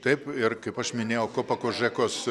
taip ir kaip aš minėjau kopokožekos